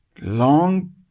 long